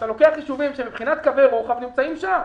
אתה לוקח יישובים שמבחינת קווי רוחב נמצאים שם.